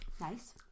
Nice